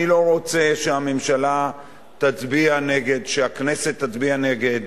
אני לא רוצה שהממשלה תצביע נגד, שהכנסת תצביע נגד,